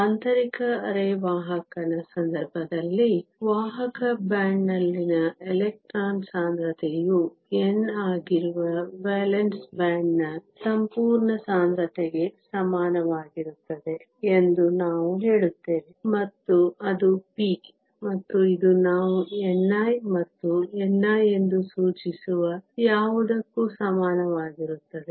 ಆಂತರಿಕ ಅರೆವಾಹಕನ ಸಂದರ್ಭದಲ್ಲಿ ವಾಹಕ ಬ್ಯಾಂಡ್ನಲ್ಲಿನ ಎಲೆಕ್ಟ್ರಾನ್ ಸಾಂದ್ರತೆಯು n ಆಗಿರುವ ವೇಲೆನ್ಸ್ ಬ್ಯಾಂಡ್ನ ಸಂಪೂರ್ಣ ಸಾಂದ್ರತೆಗೆ ಸಮಾನವಾಗಿರುತ್ತದೆ ಎಂದು ನಾವು ಹೇಳುತ್ತೇವೆ ಮತ್ತು ಅದು p ಮತ್ತು ಇದು ನಾವು ni ಮತ್ತು ni ಎಂದು ಸೂಚಿಸುವ ಯಾವುದಕ್ಕೂ ಸಮಾನವಾಗಿರುತ್ತದೆ